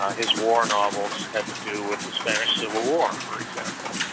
ah his war novels had to do with the spanish civil war for example.